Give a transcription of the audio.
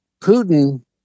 Putin